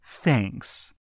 Thanks